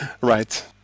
Right